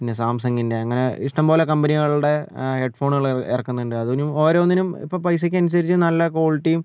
പിന്നെ സാംസങിൻ്റെ അങ്ങനെ ഇഷ്ടം പോലെ കമ്പനികളുടെ ഹെഡ്ഫോണുകൾ ഇറക്കുന്നുണ്ട് അതിന് ഓരോന്നിനും ഇപ്പോൾ പൈസയ്ക്കനുസരിച്ച് നല്ല ക്വാളിറ്റിയും